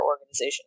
organization